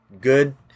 good